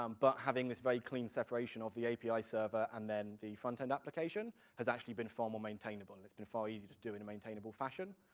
um but having this very clean separation of the api server and then the front-end application has actually been far more maintainable, and it's been far easier to do in a maintainable fashion.